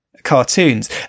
cartoons